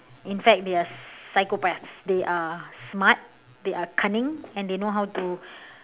in fact they are psychopaths they are smart they are cunning and they know how to